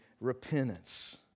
repentance